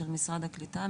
של משרד הקליטה,